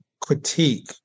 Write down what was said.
critique